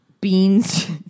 beans